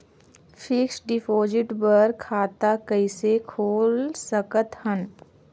Fixed deposit बर खाता कइसे खोल सकत हन?